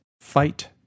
fight